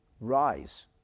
rise